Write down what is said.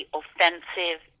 offensive